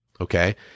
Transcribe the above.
okay